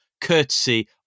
courtesy